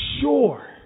sure